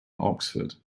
oxford